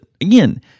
again